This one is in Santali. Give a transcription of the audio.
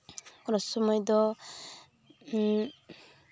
ᱠᱚᱱᱚ ᱥᱚᱢᱚᱭ ᱫᱚ